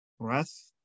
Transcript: breath